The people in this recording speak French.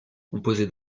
composé